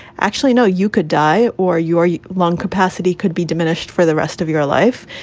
actually, no, you could die or your your lung capacity could be diminished for the rest of your life.